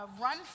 run